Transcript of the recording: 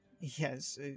yes